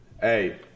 Hey